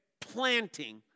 planting